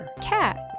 Cats